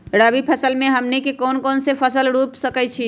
रबी फसल में हमनी के कौन कौन से फसल रूप सकैछि?